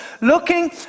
looking